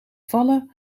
vallen